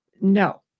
No